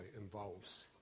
involves